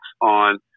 on